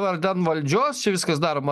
vardan valdžios čia viskas daroma